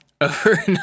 over